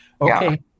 okay